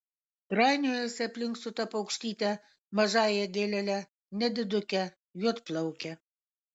trainiojasi aplink su ta paukštyte mažąja gėlele nediduke juodplauke